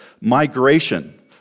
migration